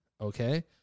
okay